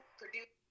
produce